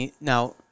Now